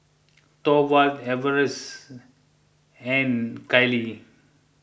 Thorwald Everett and Kylie